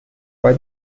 for